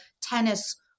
tennis